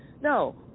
No